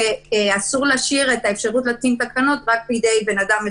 בגלל שבהליכי החקיקה לא היה את הרוב הדרוש כפי שדורש חוק יסוד: הממשלה.